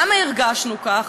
למה הרגשנו כך?